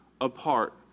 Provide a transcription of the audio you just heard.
apart